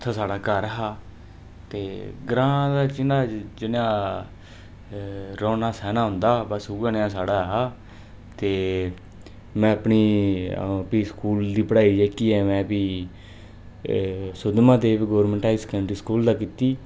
उत्थें साढ़ा घर हा ते ग्रांऽ च इन्ना जनेहा रौह्ना सौह्ना होंदा हा बस उ'यै नेहा ऐ साढ़ा हा ते में अपनी फ्ही स्कूल दी पढ़ाई जेह्की ऐ में फ्ही सुद्द Mahadev government high secondary school दा कीती